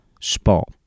spot